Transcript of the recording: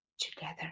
together